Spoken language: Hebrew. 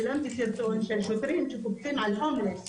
צילמתי שוטרים שקופצים על הומלס.